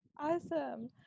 Awesome